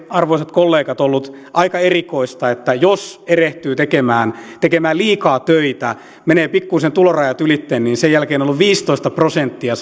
arvoisat kollegat ollut aika erikoista että jos erehtyy tekemään tekemään liikaa töitä menee pikkuisen tulorajat ylitse niin sen jälkeen se takaisinmaksun korotusprosentti on ollut viisitoista prosenttia